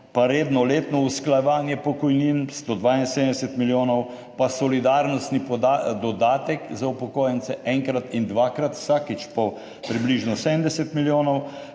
pa redna letna uskladitev pokojnin, 172 milijonov, pa solidarnostni dodatek za upokojence, enkrat in dvakrat, vsakič po približno 70 milijonov,